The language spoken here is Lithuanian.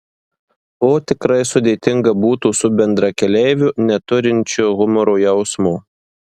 o tikrai sudėtinga būtų su bendrakeleiviu neturinčiu humoro jausmo